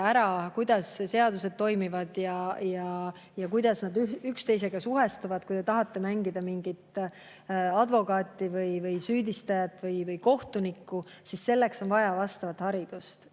ära, kuidas seadused toimivad ja kuidas nad üksteisega suhestuvad. Kui te tahate mängida advokaati või süüdistajat või kohtunikku, siis selleks on vaja vastavat haridust.